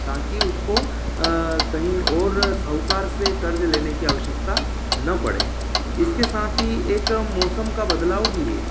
ताकि उसको कहीं और साहूकार से कर्ज लेने की आवश्यकता ना पड़े इसके साथ ही एक मौसम का भी बदलाव भी है